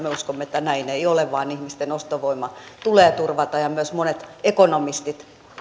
me uskomme että näin ei ole vaan ihmisten ostovoima tulee turvata ja myös monet ekonomistit